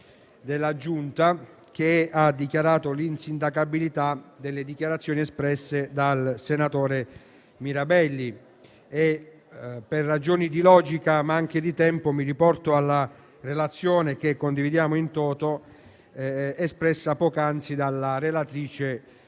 della Giunta che ha dichiarato l'insindacabilità delle dichiarazioni espresse dal senatore Mirabelli. Per ragioni di logica, ma anche di tempo, mi riporto alla relazione che condividiamo *in toto* esposta poc'anzi dalla relatrice